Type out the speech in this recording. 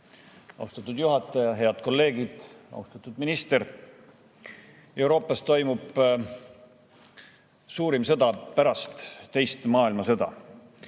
austatud juhataja! Head kolleegid! Austatud minister! Euroopas toimub suurim sõda pärast teist maailmasõda.